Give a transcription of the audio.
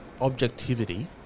objectivity